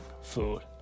food